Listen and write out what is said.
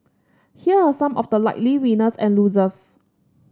here are some of the likely winners and losers